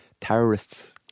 Terrorists